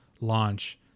launch